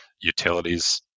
utilities